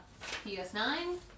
PS9